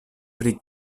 pri